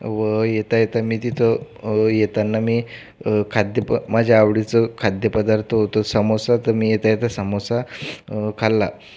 व येता येता मी तिथं येताना मी खाद्य माझ्या आवडीचं खाद्यपदार्थ होतं सामोसा तर मी येता येता सामोसा खाल्ला